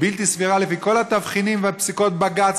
בלתי סבירה לפי כל התבחינים ופסיקות הבג"ץ